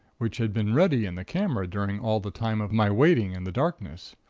which had been ready in the camera during all the time of my waiting in the darkness.